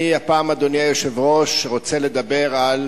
אדוני היושב-ראש, הפעם אני רוצה לדבר על